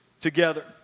together